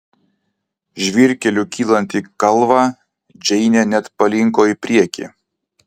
žvyrkeliu kylant į kalvą džeinė net palinko į priekį